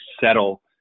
settle